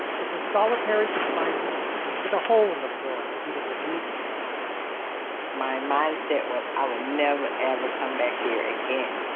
which was solitary confinement with a hole in the floor for you to relieve yourself my mindset was i would never, ever come back here again.